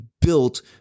built